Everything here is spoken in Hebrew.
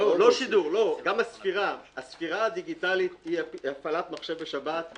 הספירה הדיגיטלית היא הפעלת מחשב בשבת,